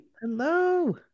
Hello